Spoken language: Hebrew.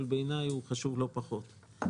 אבל בעיניי הוא חשוב לא פחות.